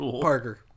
Parker